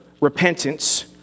repentance